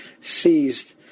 seized